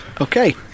okay